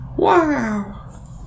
Wow